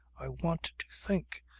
i want to think.